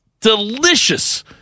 delicious